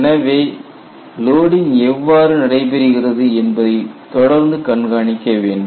எனவே எனவே லோடிங் எவ்வாறு நடைபெறுகிறது என்பதை தொடர்ந்து கண்காணிக்க வேண்டும்